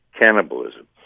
cannibalism